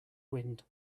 wind